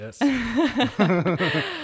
yes